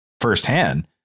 firsthand